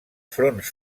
fronts